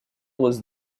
was